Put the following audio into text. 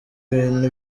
bintu